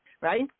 right